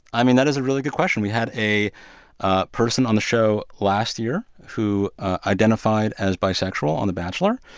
i mean, that is a really good question. we had a ah person on the show last year who identified as bisexual on the bachelor,